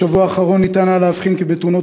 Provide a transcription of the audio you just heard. בשבוע האחרון ניתן היה להבחין כי בתאונות